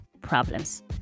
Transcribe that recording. problems